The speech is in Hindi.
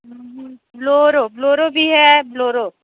ब्लोरो ब्लोरो भी है ब्लोरो